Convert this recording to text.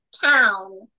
town